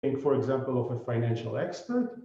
למשל, של יצוא פיננסי